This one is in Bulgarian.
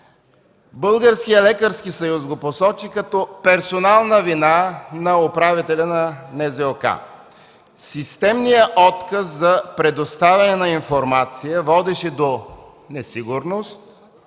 Българският лекарски съюз го посочи като персонална вина на управителя на НЗОК, системният отказ за предоставяне на информация водеше до несигурност